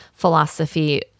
philosophy